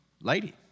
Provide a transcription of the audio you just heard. lady